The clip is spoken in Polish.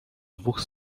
dwóch